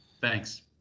Thanks